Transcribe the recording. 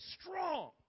strong